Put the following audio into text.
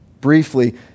briefly